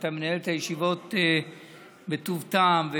אתה מנהל את הישיבות בטוב טעם,